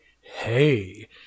Hey